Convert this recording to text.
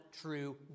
true